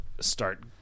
start